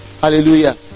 Hallelujah